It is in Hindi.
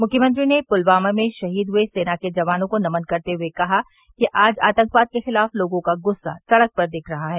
मुख्यमंत्री ने पुलवामा में शहीद हुए सेना के जवानों को नमन करते हुए कहा कि आज आतंकवाद के खिलाफ लोगों का गुस्सा सड़क पर दिख रहा है